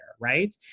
right